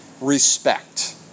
respect